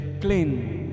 clean